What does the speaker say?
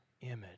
image